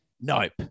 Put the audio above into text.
nope